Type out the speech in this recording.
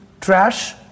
trash